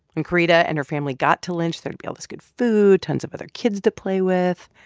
when karida and her family got to lynch, there'd be all this good food, tons of other kids to play with.